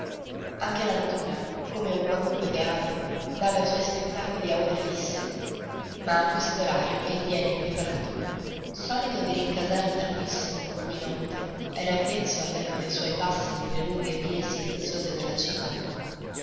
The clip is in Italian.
anche la natura come un qualunque teatro dava i suoi spettacoli a ore fisse ma a questo orario egli era impreparato solito di rincasar tardissimo ogni notte era avvezzo all'eco dei suoi passi nelle vie lunghe silenziose della città